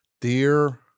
Dear